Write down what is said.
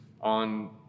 on